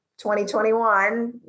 2021